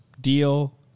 deal